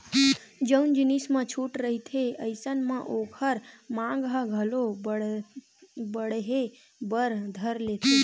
जउन जिनिस म छूट रहिथे अइसन म ओखर मांग ह घलो बड़हे बर धर लेथे